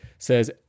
Says